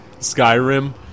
skyrim